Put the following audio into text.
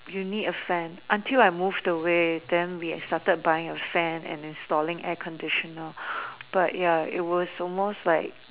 you need a fan until I moved away then we had started buying a fan and installing air conditioner but ya it was almost like